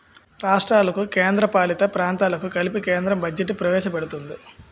రాష్ట్రాలకు కేంద్రపాలిత ప్రాంతాలకు కలిపి కేంద్రం బడ్జెట్ ప్రవేశపెడుతుంది